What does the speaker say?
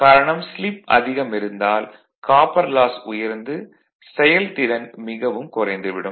காரணம் ஸ்லிப் அதிகம் இருந்தால் காப்பர் லாஸ் உயர்ந்து செயல்திறன் மிகவும் குறைந்து விடும்